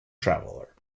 traveler